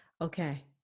Okay